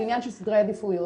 זה עניין של סדרי עדיפויות.